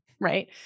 right